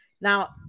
now